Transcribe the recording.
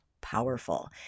powerful